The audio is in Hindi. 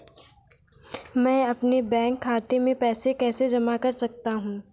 मैं अपने बैंक खाते में पैसे कैसे जमा कर सकता हूँ?